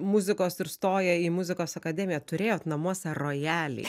muzikos ir stoja į muzikos akademiją turėjot namuose rojalį